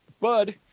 Bud